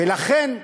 ולכן,